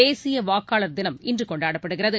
தேசிய வாக்களர் தினம் இன்று கொண்டாடப்படுகிறது